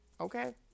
okay